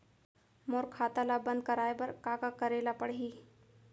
मोर खाता ल बन्द कराये बर का का करे ल पड़ही?